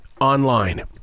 online